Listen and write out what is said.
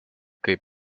kaip